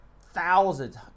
thousands